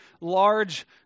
large